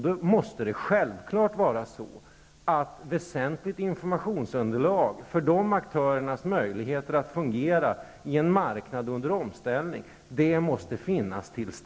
Då måste det självfallet finnas tillgängligt ett väsentligt informationsunderlag för att aktörernas skall få möjlighet att fungera i en marknad under omställning.